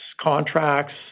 contracts